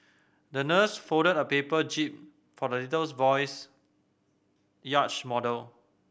the nurse folded a paper jib for the little boy's yacht model